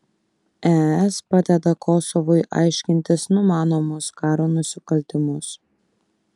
es padeda kosovui aiškintis numanomus karo nusikaltimus